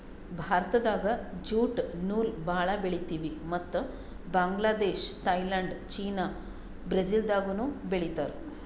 ಭಾರತ್ದಾಗ್ ಜ್ಯೂಟ್ ನೂಲ್ ಭಾಳ್ ಬೆಳಿತೀವಿ ಮತ್ತ್ ಬಾಂಗ್ಲಾದೇಶ್ ಥೈಲ್ಯಾಂಡ್ ಚೀನಾ ಬ್ರೆಜಿಲ್ದಾಗನೂ ಬೆಳೀತಾರ್